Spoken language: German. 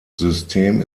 system